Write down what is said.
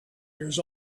years